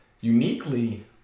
uniquely